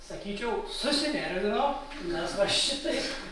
sakyčiau susinervino nes va šitaip